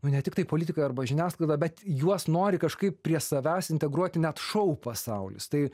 jau netiktai politikai arba žiniasklaida bet juos nori kažkaip prie savęs integruoti net šou pasaulis tai